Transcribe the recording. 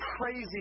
crazy